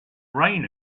rain